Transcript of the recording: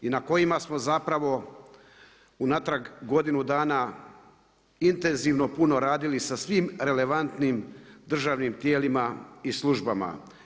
I na kojima smo zapravo unatrag godinu dana intenzivno puno radili sa svim relevantnim državnim tijelima i službama.